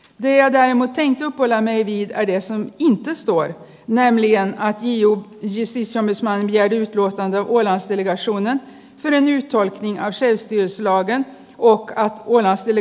me jäädään kotiin tiukkoja neidit edes lunta satoi näin liian med intresse skulle man läsa lite mer om hur deras roll är och hur det fungerar i praktiken